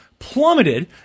plummeted